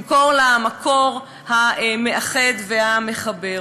במקום למקור המאחד והמחבר.